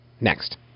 Next